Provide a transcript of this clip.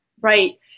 Right